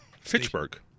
Fitchburg